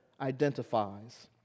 identifies